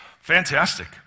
Fantastic